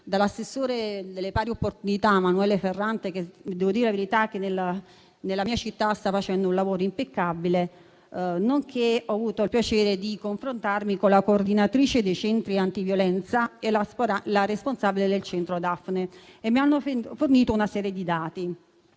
dall'assessore alle pari opportunità, Emanuela Ferrante, che nella mia città sta facendo un lavoro impeccabile e ho avuto il piacere di confrontarmi con la coordinatrice dei centri antiviolenza e con la responsabile del centro Dafne e mi hanno fornito una serie di dati